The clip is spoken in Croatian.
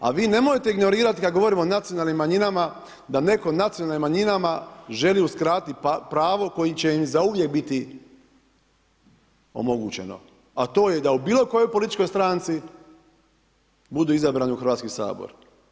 A vi nemojte ignorirati kada govorimo o nacionalnim manjinama, da netko nacionalnim manjinama želi uskratiti pravo koje će im zauvijek biti omogućeno a to je da u bilo kojoj političkoj stranci budu izabrani u Hrvatski sabor.